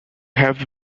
have